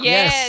Yes